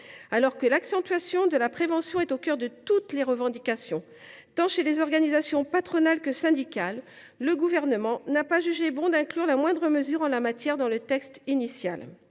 Alors que le renforcement de la prévention est au cœur de toutes les revendications, tant chez les organisations patronales que syndicales, le Gouvernement n’a pas jugé bon d’inclure la moindre mesure en la matière dans le texte initial.